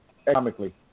economically